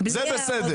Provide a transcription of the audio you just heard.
זה בסדר.